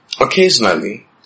Occasionally